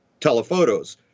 telephotos